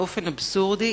באופן אבסורדי,